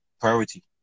priority